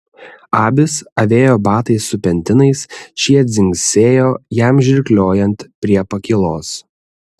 abis avėjo batais su pentinais šie dzingsėjo jam žirgliojant prie pakylos